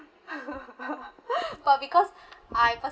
but because I